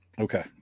okay